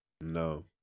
no